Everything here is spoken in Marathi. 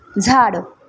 झाड